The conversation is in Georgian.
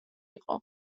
იყო